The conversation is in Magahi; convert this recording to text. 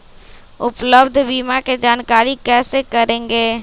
उपलब्ध बीमा के जानकारी कैसे करेगे?